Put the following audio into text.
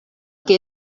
que